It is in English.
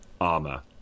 armor